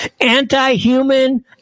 anti-human